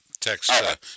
Text